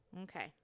Okay